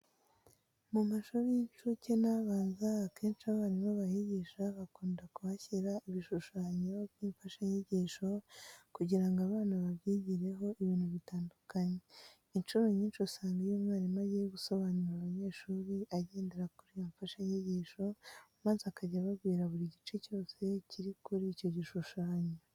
Mu mashuri y'incuke n'abanza akenshi abarimu bahigisha bakunda kuhashyira ibishushanyo by'imfashanyigisho kugira ngo abana babyigireho ibintu bitandukanye. Incuro nyinshi usanga iyo umwarimu agiye gusobanurira abanyeshuri agendera kuri iyo mfashanyigisho maze akajya ababwira buri gice cyose kiri kuri icyo gishushanyo.